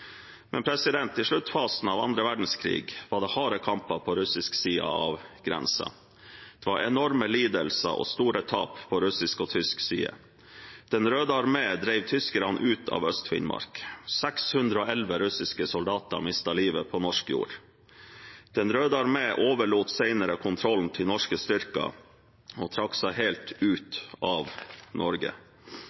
I sluttfasen av annen verdenskrig var det harde kamper på russisk side av grensen. Det var enorme lidelser og store tap på russisk og tysk side. Den røde armé drev tyskerne ut av Øst-Finnmark. 611 russiske soldater mistet livet på norsk jord. Den røde armé overlot senere kontrollen til norske styrker og trakk seg helt ut av Norge.